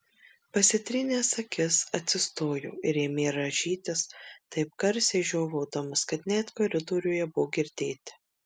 pasitrynęs akis atsistojo ir ėmė rąžytis taip garsiai žiovaudamas kad net koridoriuje buvo girdėti